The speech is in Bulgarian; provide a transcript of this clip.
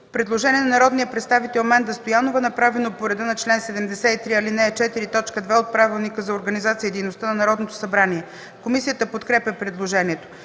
Предложение на народния представител Менда Стоянова, направено по реда на чл. 73, ал. 4, т. 2 от Правилника за организацията и дейността на Народното събрание. Комисията подкрепя предложението.